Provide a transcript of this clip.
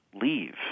leave